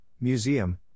Museum